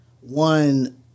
one